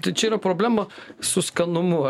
tai čia yra problema su skanumu